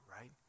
right